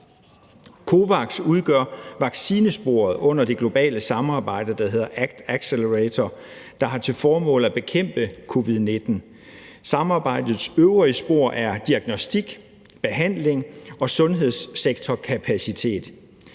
COVAX udgør vaccinesporet under det globale samarbejde, der hedder ACT-Accelerator, der har til formål at bekæmpe covid-19. Samarbejdets øvrige spor er diagnostik, behandling og sundhedssektorkapacitet.